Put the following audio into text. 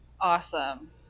Awesome